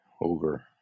over